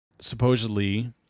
supposedly